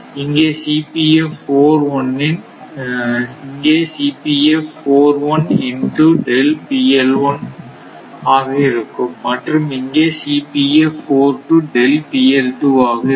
இங்கே into இருக்கும் மற்றும் இங்கே இருக்கும்